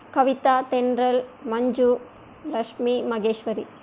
Kavitha Thendral Manju Lakshmi Maheshwari